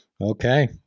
Okay